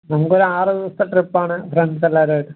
നമക്കൊരു ആറു ദിവസത്തെ ട്രിപ്പാണ് ഫ്രണ്ട്സ് എല്ലാരുമായിട്ട്